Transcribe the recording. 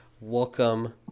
welcome